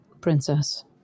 princess